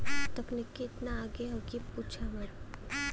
तकनीकी एतना आगे हौ कि पूछा मत